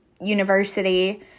university